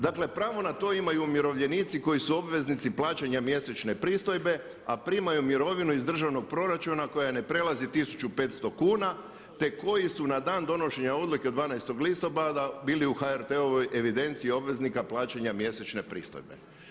Dakle pravo na to imaju umirovljenici koji su obveznici plaćanja mjesečne pristojbe a primaju mirovinu iz državnog proračuna koja ne prelazi 1500 kuna te koji su na dana donošenja odluke 12. listopada bili u HRT-ovoj evidenciji obveznika plaćanja mjesečne pristojbe.